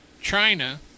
China